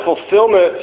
fulfillment